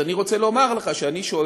אז אני רוצה לומר לך שאני,